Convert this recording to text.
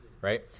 right